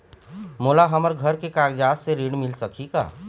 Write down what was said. मोला हमर घर के कागजात से ऋण मिल सकही का?